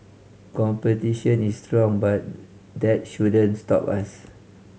competition is strong but that shouldn't stop us